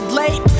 late